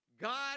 God